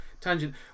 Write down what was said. tangent